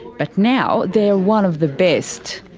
but now they are one of the best.